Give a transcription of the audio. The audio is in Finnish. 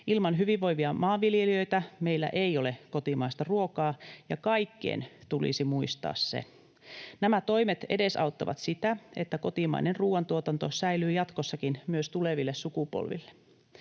Ilman hyvinvoivia maanviljelijöitä meillä ei ole kotimaista ruokaa. Ja kaikkien tulisi muistaa se, että nämä toimet edesauttavat sitä, että kotimainen ruoantuotanto säilyy jatkossakin myös tuleville sukupolville.